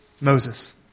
Moses